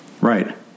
Right